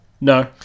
No